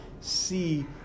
see